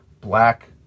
black